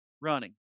running